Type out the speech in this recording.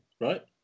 right